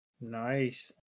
Nice